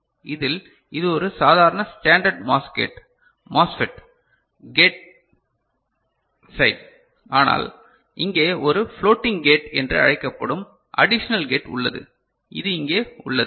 இதில் இது ஒரு சாதாரண standard MOS gate MOSFET gate side ஆனால் இங்கே ஒரு ஃப்ளோட்டிங் கேட் என்று அழைக்கப்படும் அடிஷனல் கேட் உள்ளது அது இங்கே உள்ளது